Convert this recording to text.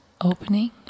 opening